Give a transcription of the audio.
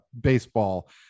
baseball